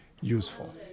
useful